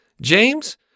James